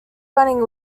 running